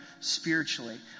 spiritually